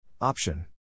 Option